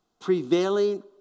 prevailing